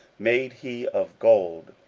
made he of gold,